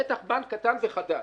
בטח בנק קטן וחדש.